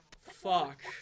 fuck